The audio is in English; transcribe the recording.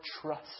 trust